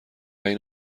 این